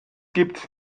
gibt